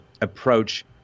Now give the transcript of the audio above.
approach